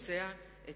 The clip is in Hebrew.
ולבצע את